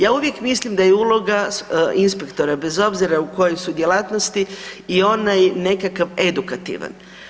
Ja uvijek mislim da je uloga inspektora bez obzira u kojoj su djelatnosti i onaj nekakav edukativan.